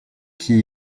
qui